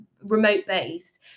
remote-based